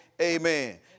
amen